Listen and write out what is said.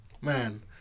man